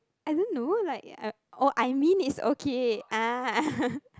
I don't know like oh I mean it's okay ah